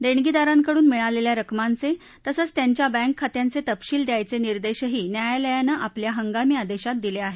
देणगीदारांकडून मिळालेल्या रकमांचे तसंच त्यांच्या बँक खात्यांचे तपशील द्यायचे निर्देशही न्यायालयानं आपल्या हंगामी आदेशात दिले आहेत